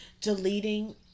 deleting